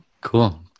Cool